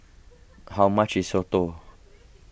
how much is Soto